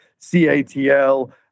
CATL